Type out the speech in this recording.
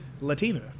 Latina